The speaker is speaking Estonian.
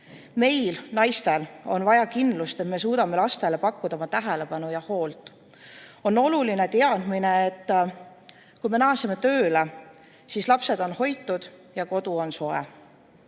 Meil, naistel, on vaja kindlust, et me suudame lastele pakkuda tähelepanu ja hoolt. On oluline teadmine, et kui me naaseme tööle, siis lapsed on hoitud ja kodu on soe.